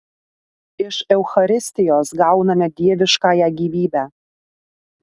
iš eucharistijos gauname dieviškąją gyvybę